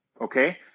okay